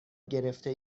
گرفته